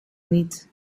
niet